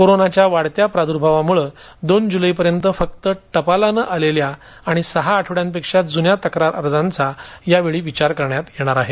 कोरोनाच्या वाढत्या प्रादुर्भावामुळे दोन जुलै पर्यंत फक्त टपालाने आलेल्या आणि सहा आठवड्यांपेक्षा जुन्या तक्रार अर्जांचाच विचार यावेळी करण्यात येणार आहे